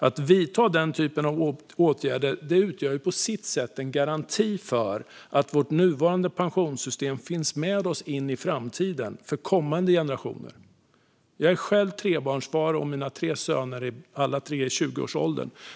Att vidta den typen av åtgärder utgör på sitt sätt en garanti för att vårt nuvarande pensionssystem finns med oss in i framtiden för kommande generationer. Jag är själv trebarnsfar, och alla mina söner är i 20-årsåldern.